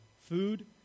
Food